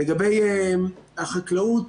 גבי החקלאות